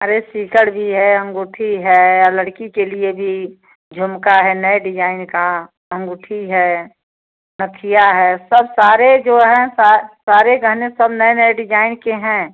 अरे सिकड़ भी है अंगूठी है और लड़की के लिए भी झुमका है नए डिजाइन का अंगूठी है नथिया है सब सारे जो हैं सारे गहने सब नए नए डिजाइन के हैं